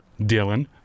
Dylan